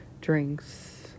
drinks